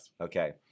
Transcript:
okay